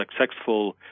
successful